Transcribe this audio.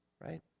right